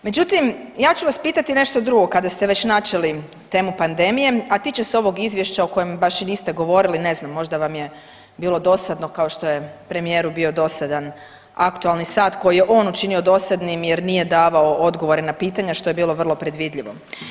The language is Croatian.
Međutim, ja ću vas pitati nešto drugo kada ste već načeli temu pandemije, a tiče se ovog izvješća o kojem baš i niste govorili ne znam možda vam je bilo dosadno kao što je premijeru bio dosadan aktualni sat koji je on učinio dosadnim jer nije davao odgovore na pitanja što je bilo vrlo predvidljivo.